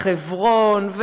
חברון,